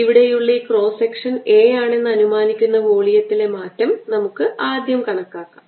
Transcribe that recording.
ഇവിടെയുള്ള ഈ cross section A ആണെന്ന് അനുമാനിക്കുന്ന വോളിയത്തിലെ മാറ്റം നമുക്ക് ആദ്യം കണക്കാക്കാം